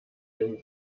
dem